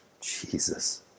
Jesus